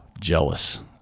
jealous